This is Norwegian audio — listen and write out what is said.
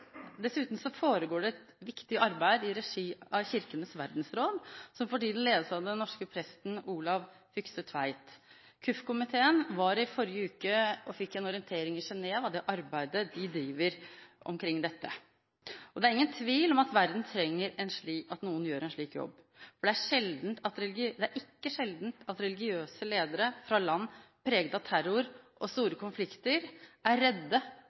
Dessuten foregår det et viktig arbeid i regi av Kirkenes verdensråd, som for tiden ledes av den norske presten Olav Fykse Tveit. Kirke-, utdannings- og forskningskomiteen fikk i forrige uke en orientering i Genève om det arbeidet de gjør. Det er ingen tvil om at verden trenger at noen gjør en slik jobb, for det er ikke sjelden at religiøse ledere fra land preget av terror og store konflikter er redde